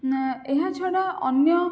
ନା ଏହା ଛଡ଼ା ଅନ୍ୟ